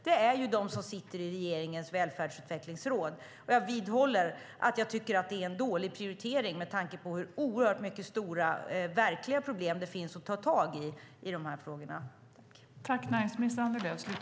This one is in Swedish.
Det är ju de som sitter i regeringens välfärdsutvecklingsråd. Jag vidhåller att jag tycker att det är en dålig prioritering med tanke på hur oerhört många verkliga problem det finns att ta tag i på det här området.